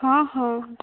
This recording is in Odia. ହଁ ହଁ